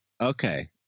okay